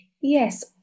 Yes